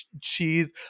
cheese